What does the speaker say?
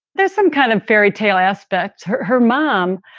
there's some kind of fairy tale aspect. her her mom.